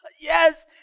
Yes